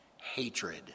hatred